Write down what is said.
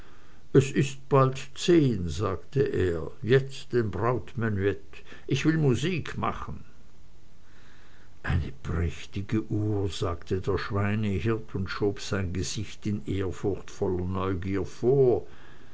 es ist bald zehn sagte er jetzt den brautmenuett ich will musik machen eine prächtige uhr sagte der schweinehirt und schob sein gesicht in ehrfurchtsvoller neugier vor